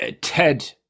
TED